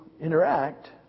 interact